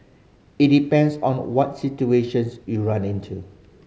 it depends on what situations you run into